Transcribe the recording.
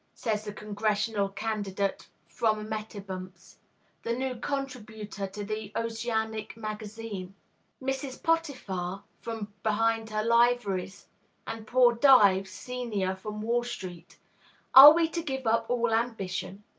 says the congressional candidate from mettibemps the new contributor to the oceanic magazine mrs. potiphar from behind her liveries and poor dives, senior, from wall street are we to give up all ambition?